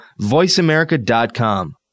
voiceamerica.com